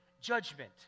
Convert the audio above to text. judgment